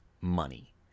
money